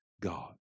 God